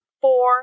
Four